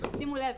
תשימו לב,